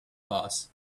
bus